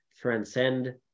transcend